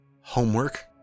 Homework